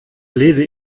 lese